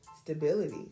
stability